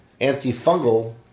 antifungal